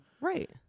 Right